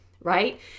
right